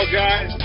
guys